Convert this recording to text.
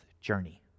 journey